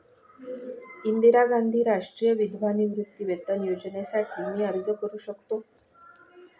इंदिरा गांधी राष्ट्रीय विधवा निवृत्तीवेतन योजनेसाठी मी अर्ज करू शकतो?